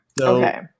Okay